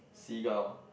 seagull